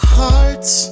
hearts